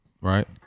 Right